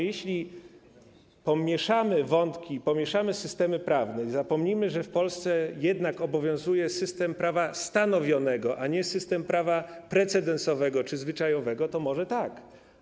Jeśli pomieszamy wątki, pomieszamy systemy prawne i zapomnimy, że w Polsce jednak obowiązuje system prawa stanowionego, a nie system prawa precedensowego czy zwyczajowego, to może tak.